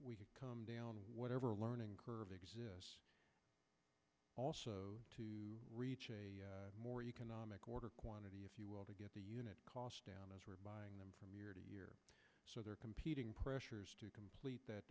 we can come down whatever learning curve exists also to reach more economic order quantity if you will to get the unit cost down as we're buying them from year to year so they're competing pressures to complete that